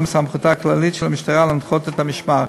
מסמכותה הכללית של המשטרה להנחות את המשמר.